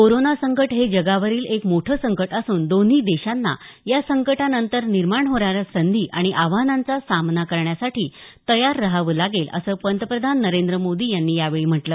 corona संकट हे जगावरील एक मोठं संकट असून दोन्ही देशांना या संकटानंतर निर्माण होणाऱ्या संधी आणि आव्हानांचा सामना करण्यासाठी तयार राहावं लागेल असं पंतप्रधान नरेंद्र मोदी यांनी यावेळी म्हटलं